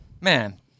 Man